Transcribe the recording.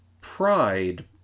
Pride